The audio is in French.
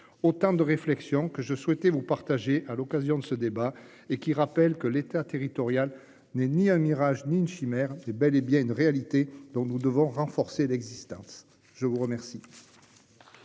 Autant de réflexion que je souhaitais vous partagez à l'occasion de ce débat et qui rappelle que l'État territorial n'est ni un mirage ni une chimère, c'est bel et bien une réalité dont nous devons renforcer l'existence. Je vous remercie.